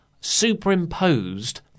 superimposed